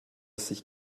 sich